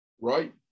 right